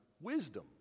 wisdom